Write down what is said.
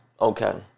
Okay